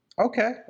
Okay